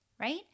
right